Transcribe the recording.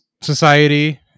society